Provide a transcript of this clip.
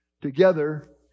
together